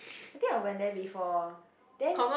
I think I went there before then